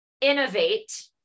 innovate